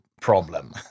problem